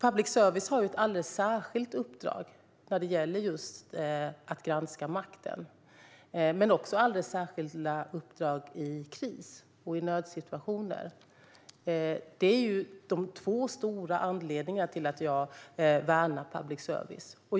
Public service har ett alldeles särskilt uppdrag när det gäller just att granska makten men också alldeles särskilda uppdrag i kris och i nödsituationer. Detta är de två stora anledningarna till att jag värnar public service.